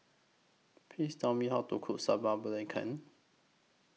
Please Tell Me How to Cook Sambal Belacan